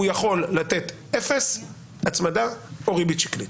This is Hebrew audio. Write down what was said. הוא יכול לתת אפס הצמדה או ריבית שקלית.